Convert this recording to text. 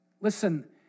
Listen